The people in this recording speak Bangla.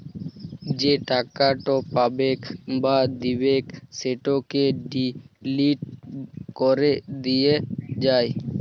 যে টাকাট পাবেক বা দিবেক সেটকে ডিলিট ক্যরে দিয়া যায়